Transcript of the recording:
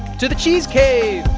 to the cheese cave